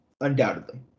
undoubtedly